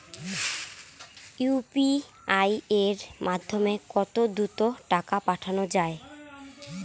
UPI এর মাধ্যমে কত দ্রুত টাকা পাঠানো যায়?